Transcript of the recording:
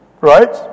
Right